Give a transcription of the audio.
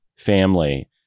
family